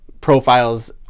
profiles